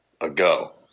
ago